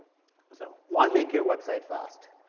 so, why make your website fast?